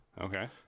Okay